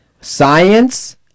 Science